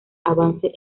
avance